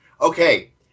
Okay